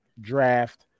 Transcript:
draft